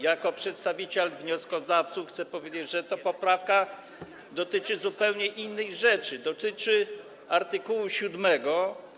Jako przedstawiciel wnioskodawców chcę powiedzieć, że ta poprawka dotyczy zupełnie innej rzeczy, dotyczy art. 7.